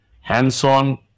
hands-on